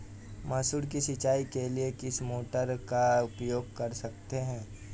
मसूर की सिंचाई के लिए किस मोटर का उपयोग कर सकते हैं?